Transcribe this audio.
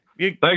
Thanks